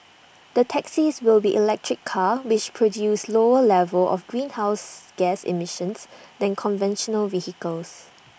the taxis will be electric cars which produce lower levels of greenhouse gas emissions than conventional vehicles